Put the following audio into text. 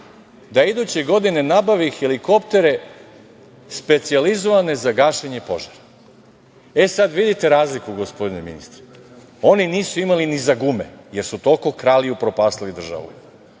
da iduće godine nabavi helikoptere specijalizovane za gašenje požara.E, sad vidite razliku, gospodine ministre. Oni nisu imali ni za gume, jer su toliko krali i upropastili državu,